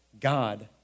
God